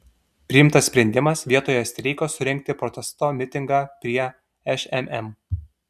priimtas sprendimas vietoje streiko surengti protesto mitingą prie šmm